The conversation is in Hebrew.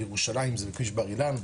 בירושלים זה בכביש בר אילן,